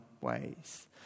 ways